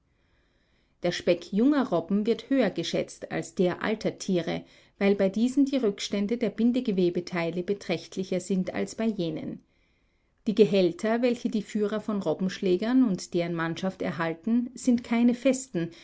der speck junger robben wird höher geschätzt als der alter tiere weil bei diesen die rückstände der bindegewebeteile beträchtlicher sind als bei jenen die gehälter welche die führer von robbenschlägern und deren mannschaft erhalten sind keine festen